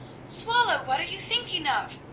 swallow! what are you thinking of?